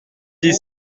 dit